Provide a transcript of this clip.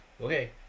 okay